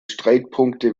streitpunkte